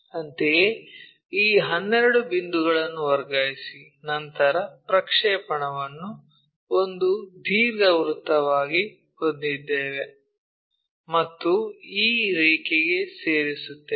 ಅಂತೆಯೇ ಈ 12 ಬಿಂದುಗಳನ್ನು ವರ್ಗಾಯಿಸಿ ನಂತರ ಪ್ರಕ್ಷೇಪಣವನ್ನು ಒಂದು ದೀರ್ಘವೃತ್ತವಾಗಿ ಹೊಂದಿದ್ದೇವೆ ಮತ್ತು ಈ ರೇಖೆಗೆ ಸೇರಿಸುತ್ತೇವೆ